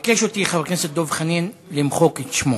ביקש ממני חבר הכנסת דב חנין למחוק את שמו.